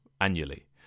annually